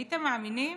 הייתם מאמינים?